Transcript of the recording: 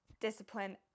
discipline